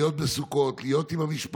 להיות בסוכות, להיות עם המשפחה,